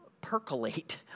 percolate